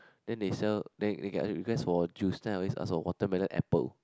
then they sell then they they can either request for juice then I always ask for watermelon apple